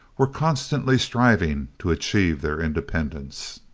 were constantly striving to achieve their independence.